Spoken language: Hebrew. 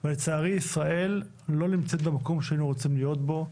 אבל לצערי ישראל לא נמצאת במקום שהיינו רוצים להיות בו,